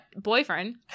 boyfriend